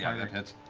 ah that hits.